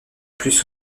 plus